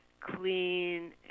clean